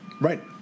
Right